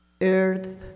earth